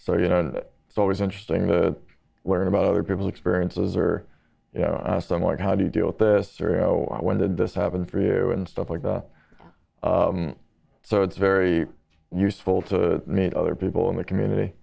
so you know it's always interesting to learn about other people's experiences are somewhat how do you deal with this or why when did this happen for you and stuff like that so it's very useful to meet other people in the community